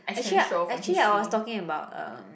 actually actually I was talking about um